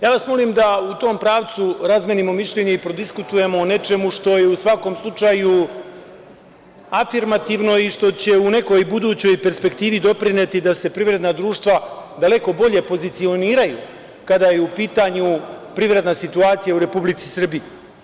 Ja vas molim da u tom pravcu razmenimo mišljenje i prodiskutujemo o nečemu što je u svakom slučaju afirmativno i što će u nekoj budućoj perspektivi doprineti da se privredna društva daleko bolje pozicioniraju kada je u pitanju privredna situacija u Republici Srbiji.